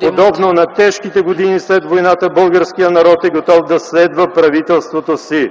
Подобно на тежките години след войната българският народ е готов да следва правителството си,